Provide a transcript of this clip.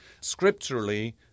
Scripturally